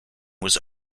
was